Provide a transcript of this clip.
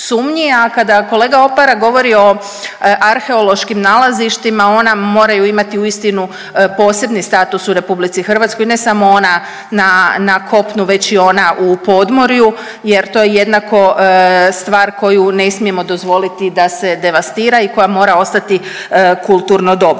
kada kolega Opara govori o arheološkim nalazištima ona moraju imati uistinu posebni status u Republici Hrvatskoj, ne samo ona na kopnu već i ona u podmorju, jer to je jednako stvar koju ne smijemo dozvoliti da se devastira i koja mora ostati kulturno dobro.